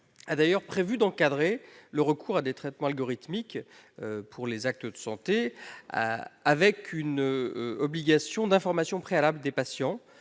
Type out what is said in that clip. d'ailleurs d'encadrer le recours à des traitements algorithmiques pour certains actes de santé et pose une obligation d'information préalable du patient